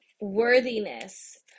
worthiness